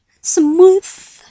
smooth